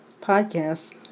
Podcast